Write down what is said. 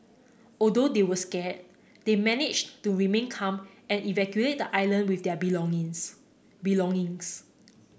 although they were scared they managed to remain calm and evacuate the island with their belongings belongings